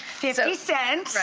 fifty cent.